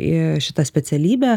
į šitą specialybę